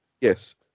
Yes